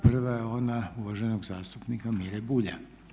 Prva je ona uvaženog zastupnika Mire Bulja.